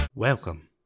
Welcome